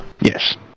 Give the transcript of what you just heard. yes